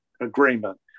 agreement